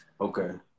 Okay